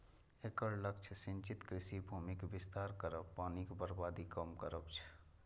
एकर लक्ष्य सिंचित कृषि भूमिक विस्तार करब, पानिक बर्बादी कम करब छै